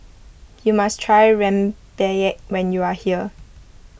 you must try rempeyek when you are here